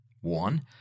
One